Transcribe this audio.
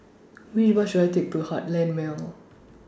Which Bus should I Take to Heartland Mall